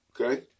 Okay